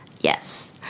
yes